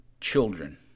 children